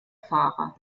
fahrer